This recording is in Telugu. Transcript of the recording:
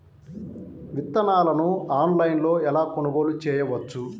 విత్తనాలను ఆన్లైనులో ఎలా కొనుగోలు చేయవచ్చు?